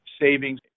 savings